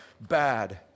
bad